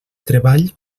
treball